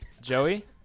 Joey